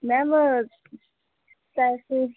ma'am ਪੈਸੇ